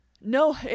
No